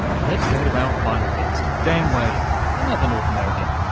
let's go to our final guest, dan whaley, another north american.